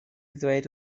ddweud